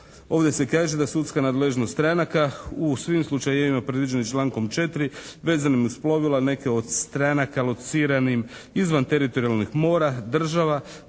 Ovdje se kaže da sudska nadležnost stranaka u svim slučajevima predviđenim člankom 4. vezanim uz plovila neke od stranaka lociranim izvan teritorijalnih mora, država,